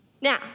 Now